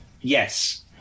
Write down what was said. Yes